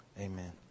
Amen